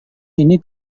ini